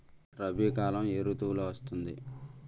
రబీ కాలం ఏ ఋతువులో వస్తుంది?